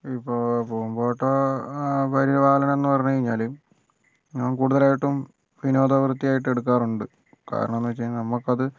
ഇപ്പം പൂന്തോട്ട പരിപാലനം എന്ന് പറഞ്ഞു കഴിഞ്ഞാൽ ഞാൻ കൂടുതലായിട്ടും വിനോദവൃത്തിയായിട്ട് എടുക്കാറുണ്ട് കാരണം എന്ന് വെച്ച് കഴിഞ്ഞാൽ നമുക്കത്